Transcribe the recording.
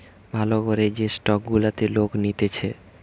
ভাল করে যে স্টক গুলাকে লোক নিতেছে